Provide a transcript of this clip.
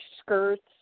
skirts